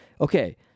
okay